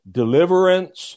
deliverance